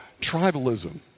tribalism